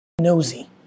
nosy